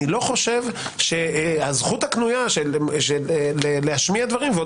אני לא חושב שהזכות הקנויה להשמיע דברים ועוד